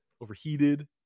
overheated